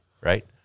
right